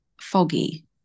foggy